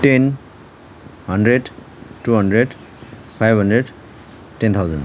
ten hundred two hundred five hundred ten thousand